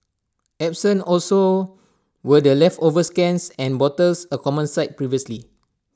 absent also were the leftover scans and bottles A common sight previously